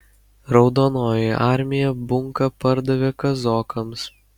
raudonoji armija bunką pardavė kazokams